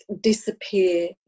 disappear